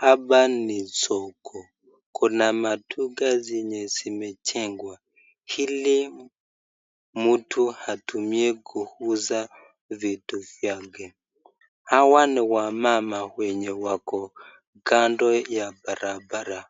Hapa ni soko, kuna maduka zenye zimejengwa ili mtu atumie kuuza vitu vyake, hawa ni wamama wenye wako kando ya barabara,